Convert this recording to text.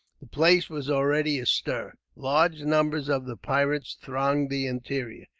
the place was already astir. large numbers of the pirates thronged the interior.